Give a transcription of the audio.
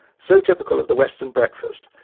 so typical of the western breakfast,